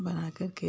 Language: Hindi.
बना कर के